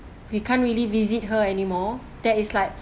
we can't really visit her anymore that is like